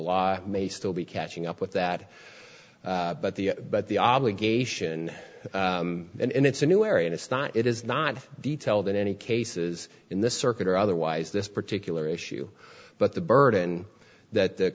law may still be catching up with that but the but the obligation and it's a new area and it's not it is not detailed in any cases in this circuit or otherwise this particular issue but the burden that the